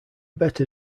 better